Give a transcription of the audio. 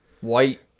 white